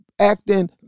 acting